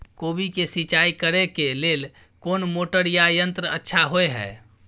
कोबी के सिंचाई करे के लेल कोन मोटर या यंत्र अच्छा होय है?